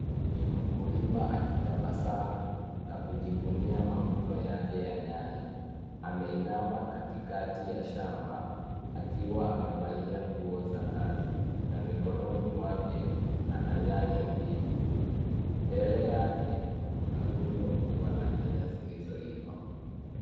Ni mkulima akitabasamu na kujivunia mavuno yake ya nyanya. Ameinama katikati ya shamba akiwa amevalia nguo za kazi na mikononi mwake kuna nyanya mbili. Mbele yake kuna rundo kubwa la nyanya zilizoiva.